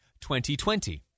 2020